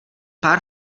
pár